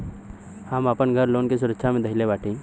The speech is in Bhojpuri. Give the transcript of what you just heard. हम आपन घर लोन के सुरक्षा मे धईले बाटी